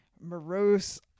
morose